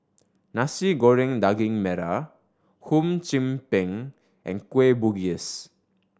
Nasi Goreng Daging Merah Hum Chim Peng and Kueh Bugis